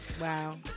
Wow